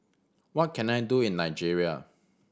what can I do in Nigeria